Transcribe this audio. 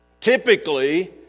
Typically